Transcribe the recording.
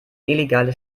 illegale